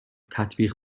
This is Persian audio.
تطبیق